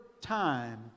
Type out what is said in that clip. time